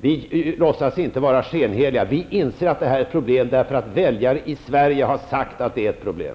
Vi är inte skenheliga. Vi inser att det här är ett problem därför att väljare i Sverige har sagt att det är ett problem.